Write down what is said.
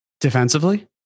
Defensively